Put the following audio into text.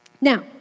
Now